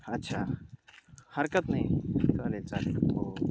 अच्छा हरकत नाही चालेल चालेल हो हो